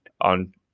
on